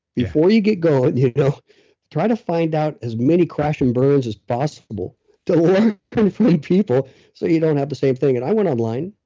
before you get going, you know try to find out as many crashes and burns as possible to learn from so many people so you don't have the same thing. and i went online,